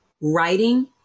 writing